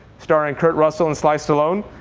starring kurt russell and sly stallone.